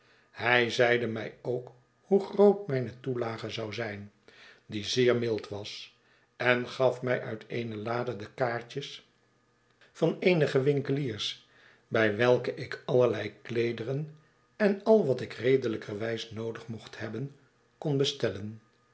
hij zeide mij ook hoe groot mijne toelage zou zijn die zeer mild was en gaf mij uit eene lade de kaartjes van eenige winkeliers bij welke ik allerlei kleederen en al wat ik redelijkerwijze noodig mocht hebben kon bestellen